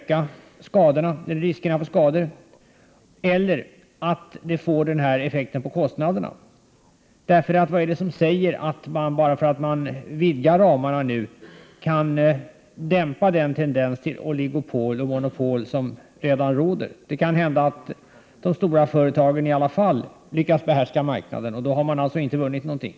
Kanske kommer riskerna för skador att öka eller kostnaderna att påverkas negativt. För vad är det som säger att man bara därför att man nu vidgar ramarna kan dämpa den tendens till oligopol och monopol som redan finns? Det kan ju hända att de stora företagen i alla fall lyckas behärska marknaden, och då har man inte vunnit någonting.